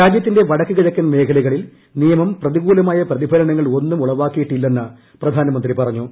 രാജ്യത്തിന്റെ വടക്ക് കിഴക്കൻ മേഖലകളിൽ നിയമം പ്രതികൂലമായ പ്രതിഫലനങ്ങൾ ഒന്നും ഉണ്ടാക്കിയിട്ടില്ലെന്ന് പ്രധാനമന്ത്രി പറഞ്ഞു